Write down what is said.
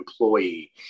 employee